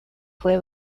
fue